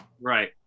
Right